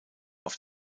auf